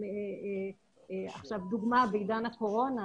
עכשיו דוגמה בעידן הקורונה,